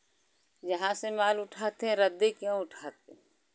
जहाँ से माल उठाते हैं रद्दी क्यों उठाते हैं